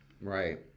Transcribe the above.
Right